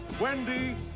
Wendy